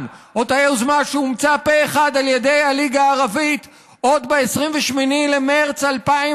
או את היוזמה שאומצה פה אחד על ידי הליגה הערבית עוד ב-28 במרס 2002,